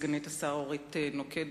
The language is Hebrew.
סגנית השר אורית נוקד,